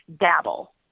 dabble